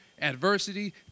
adversity